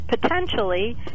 potentially